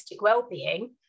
well-being